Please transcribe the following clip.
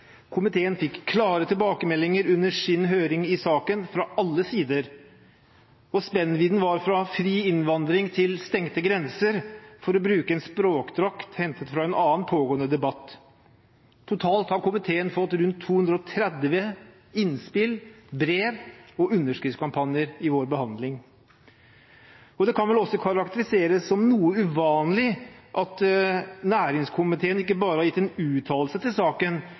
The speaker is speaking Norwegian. Komiteen fikk klare tilbakemeldinger under sin høring i saken fra alle sider, og spennvidden var fra fri innvandring til stengte grenser – for å bruke en språkdrakt hentet fra en annen pågående debatt. Totalt har komiteen fått rundt 230 innspill, brev og underskriftskampanjer i vår behandling. Det kan vel også karakteriseres som noe uvanlig at næringskomiteen ikke bare har gitt en uttalelse i saken,